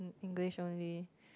in English only